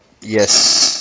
Yes